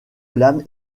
l’âme